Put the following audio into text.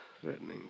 threatening